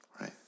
Right